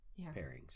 pairings